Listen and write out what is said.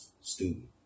student